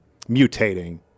mutating